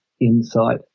insight